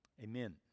amen